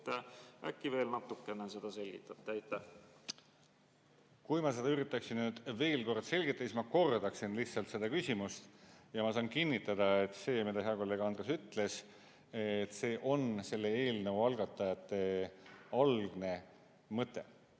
Äkki veel natukene seda selgitate. Kui ma seda üritaksin nüüd veel kord selgitada, siis ma kordaksin lihtsalt seda küsimust. Ma saan kinnitada, et see, mida hea kolleeg Andres ütles, on selle eelnõu algatajate algne mõte.